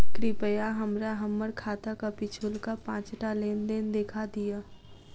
कृपया हमरा हम्मर खाताक पिछुलका पाँचटा लेन देन देखा दियऽ